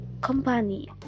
company